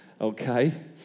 Okay